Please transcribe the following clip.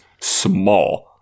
small